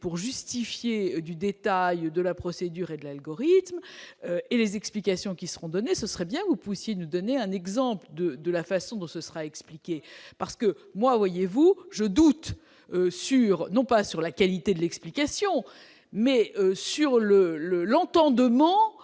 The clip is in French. pour justifier du détail de la procédure et de l'algorithme et les explications qui seront donnés, ce serait bien ou Poussier nous donner un exemple de de la façon dont ce sera expliqué parce que moi, voyez-vous, je doute sur non pas sur la qualité de l'explication, mais sur le le l'entendement